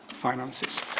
finances